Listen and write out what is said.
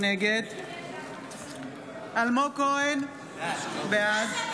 נגד אלמוג כהן, בעד